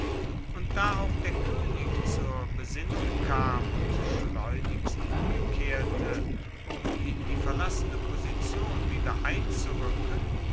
und da auch der koenig zur besinnung kam und schleunigst umkehrte um in die verlassene position wieder